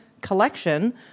collection